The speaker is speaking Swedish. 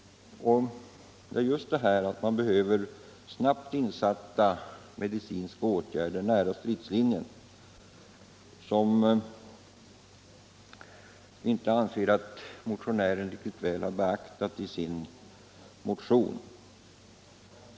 Det är just detta att det behövs snabbt insatta medicinska åtgärder nära stridslinjen som jag anser att motionären inte riktigt väl har beaktat.